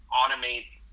automates